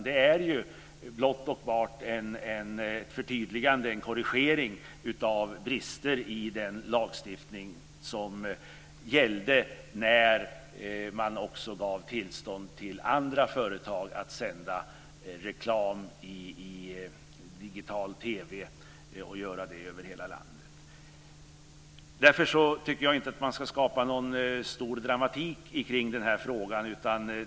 Det är blott och bart ett förtydligande och en korrigering av brister i den lagstiftning som gällde när man gav tillstånd till andra företag att sända reklam i digital TV över hela landet. Därför tycker jag inte att man ska skapa någon stor dramatik i den här frågan.